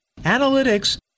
analytics